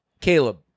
Caleb